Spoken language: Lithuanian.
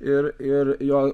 ir ir jo